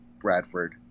Bradford